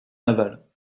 navales